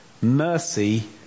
mercy